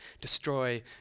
destroy